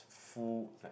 full like